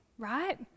right